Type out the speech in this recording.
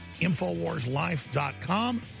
infowarslife.com